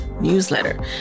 newsletter